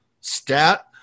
stat